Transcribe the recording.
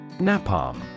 Napalm